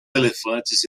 elefantes